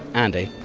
andy.